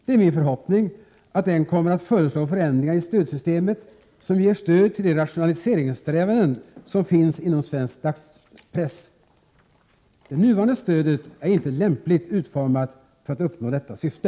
Det är min förhoppning att kommittén kommer att föreslå förändringar i stödsystemet som ger stöd till de rationaliseringssträvanden som finns inom svensk dagspress. Det nuvarande stödet är inte lämpligt utformat för att uppnå detta syfte.